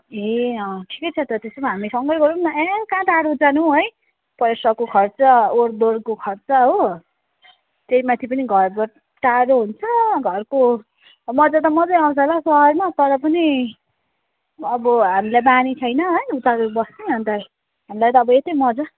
ए अँ ठिकै छ त त्यसो भए हामी सँगै गरौँ न एई कहाँ टाढो जानु हो है पैसाको खर्च ओहोरदोहोरको खर्च हो त्यही माथि पनि घरबाट टाढो हुन्छ घरको मजा त मजै आउँछ होला पढ्नु तर पनि अब हामीलाई बानी छैन है उता बस्नु अन्त हामीलाई त अब यतै मजा